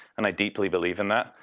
and i deeply believe in that.